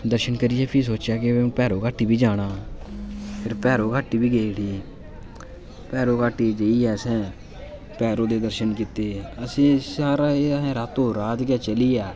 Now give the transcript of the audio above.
दर्शन करियै फ्ही सोचेआ कि भैरो घाटी बी जाना भैरो घाटी बी गै उठी भैरो घाटी जाइयै असें भैरो दे दर्शन कीते असें सारा एह् असें रातो रात गै चली आए